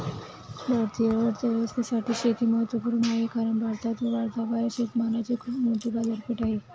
भारतीय अर्थव्यवस्थेसाठी शेती महत्वपूर्ण आहे कारण भारतात व भारताबाहेर शेतमालाची खूप मोठी बाजारपेठ आहे